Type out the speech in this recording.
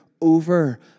over